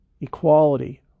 Equality